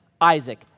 Isaac